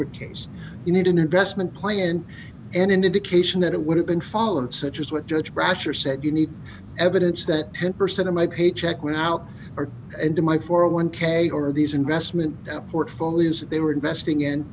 with case you need an investment plan and an indication that it would have been followed such as what judge brasher said you need evidence that ten percent of my paycheck went out or into my four a one k or these investment portfolios that they were investing in